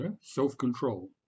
Self-control